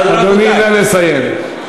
אדוני, נא לסיים.